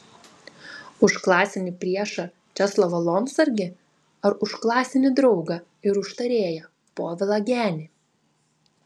už klasinį priešą česlovą lomsargį ar už klasinį draugą ir užtarėją povilą genį